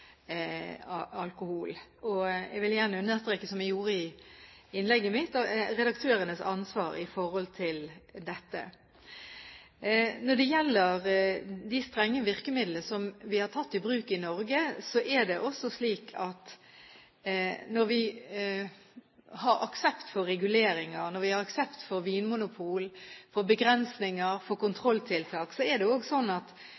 og jeg vil gjerne understreke, som jeg gjorde i innlegget mitt, redaktørenes ansvar her. Når det gjelder de strenge virkemidlene som vi har tatt i bruk i Norge, er det også sånn at når vi har aksept for reguleringer, når vi har aksept for vinmonopol, for begrensninger og for kontrolltiltak, er det noe som er avhengig av aksept i befolkningen. Jeg opplever at